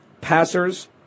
passers